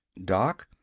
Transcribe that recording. doc,